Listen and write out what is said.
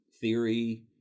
theory